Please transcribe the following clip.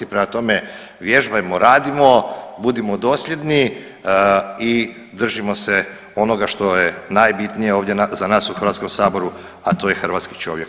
Prema tome, vježbajmo, radimo, budimo dosljedni i držimo se onoga što je najbitnije ovdje za nas u Hrvatskom saboru, a to je hrvatski čovjek.